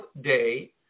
day